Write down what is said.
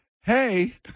hey